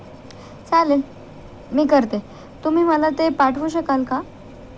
चालेल मी करते तुम्ही मला ते पाठवू शकाल का